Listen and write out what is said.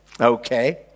Okay